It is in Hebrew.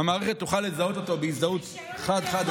המערכת תוכל לזהות אותו בהזדהות חד-חד-ערכית.